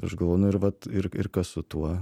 ir aš galvoju nu ir vat ir ir kas su tuo